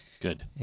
Good